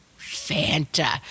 Fanta